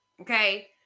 Okay